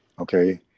Okay